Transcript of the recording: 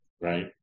right